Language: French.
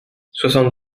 soixante